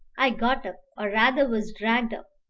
i got up, or rather was dragged up,